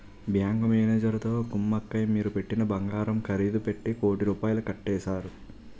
bank మేనేజరుతో కుమ్మక్కై మీరు పెట్టిన బంగారం ఖరీదు పెట్టి కోటి రూపాయలు కొట్టేశారు